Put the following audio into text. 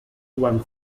one